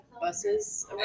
buses